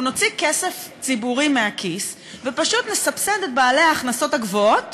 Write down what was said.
אנחנו נוציא כסף ציבורי מהכיס ופשוט נסבסד את בעלי ההכנסות הגבוהות